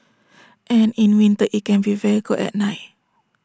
and in winter IT can be very cold at night